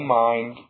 mind